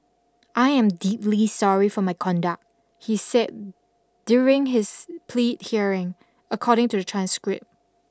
I am deeply sorry for my conduct he said during his plea hearing according to a transcript